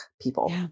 people